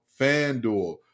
FanDuel